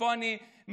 ופה אני מסיים,